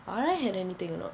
R_I had anything or not